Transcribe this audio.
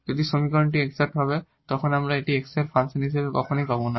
যখন সমীকরণটি এক্সাট হবে তখন আমরা এটিকে x এর একটি ফাংশন হিসাবে কখনোই পাব না